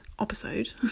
episode